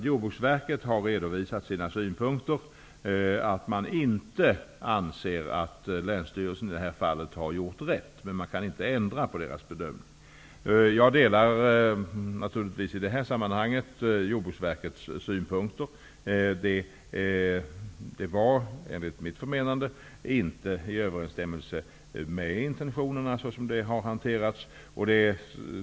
Jordbruksverket har också redovisat sina synpunkter. Man anser inte att länsstyrelsen i det här fallet har gjort rätt, men det går inte att ändra på bedömningen. I det här sammanhanget delar jag naturligtvis Jordbruksverkets synpunkter. Enligt mitt förmenande har detta inte hanterats i överensstämmelse med intentionerna.